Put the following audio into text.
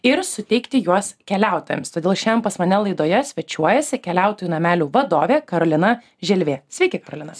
ir suteikti juos keliautojams todėl šiandien pas mane laidoje svečiuojasi keliautojų namelių vadovė karolina želvė sveiki karolina